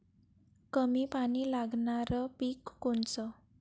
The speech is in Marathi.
कमी पानी लागनारं पिक कोनचं?